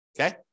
Okay